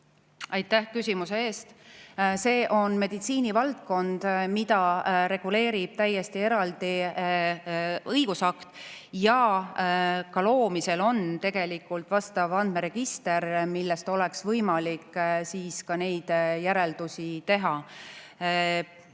Aitäh küsimuse eest! See on meditsiinivaldkond, mida reguleerib täiesti eraldi õigusakt, ja [embrüo] loomisel on tegelikult vastav andmeregister, millest oleks võimalik ka neid järeldusi teha.